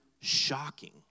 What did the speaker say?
shocking